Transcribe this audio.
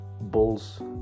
Bulls